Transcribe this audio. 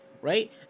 Right